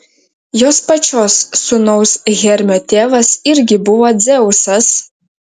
jos pačios sūnaus hermio tėvas irgi buvo dzeusas